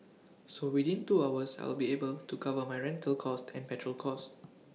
so within two hours I will be able to cover my rental cost and petrol cost